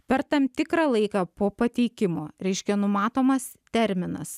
per tam tikrą laiką po pateikimo reiškia numatomas terminas